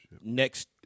Next